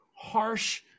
harsh